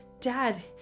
Dad